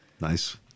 Nice